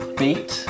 beat